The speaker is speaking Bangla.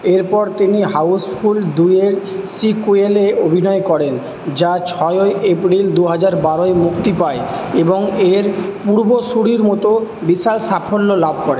এরপর তিনি হাউসফুল দুয়ের সিক্যুয়েলে অভিনয় করেন যা ছয়ই এপ্রিল দু হাজার বারোয় মুক্তি পায় এবং এর পূর্বসূরীর মতো বিশাল সাফল্য লাভ করে